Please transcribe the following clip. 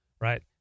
right